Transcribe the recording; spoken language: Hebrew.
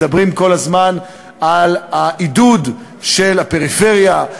מדברים כל הזמן על עידוד הפריפריה,